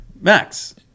Max